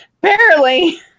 Barely